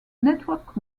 network